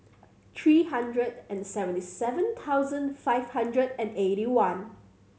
three hundred and seventy seven thousand five hundred and eighty one